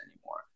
anymore